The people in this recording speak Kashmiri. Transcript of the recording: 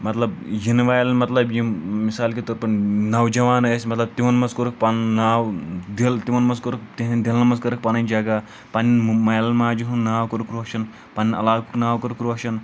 مطلب یِنہٕ والٮ۪ن مطلب یِم مِثال کے طور پَر نَوجَوان ٲسۍ مطلب تِمَن منٛز کوٚرُکھ پَنُن ناو دِل تِمَن منٛز کوٚرُکھ تِہنٛدٮ۪ن دِلَن منٛز کٔرٕکھ پَنٕنۍ جگہ پنٕںۍ مالٮ۪ن ماجہِ ہُنٛد ناو کوٚرُکھ روشَن پَنٕںۍ علاقُک ناو کوٚرُکھ روشَن